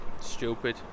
Stupid